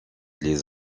les